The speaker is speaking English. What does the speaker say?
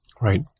Right